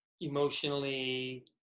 Emotionally